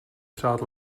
přát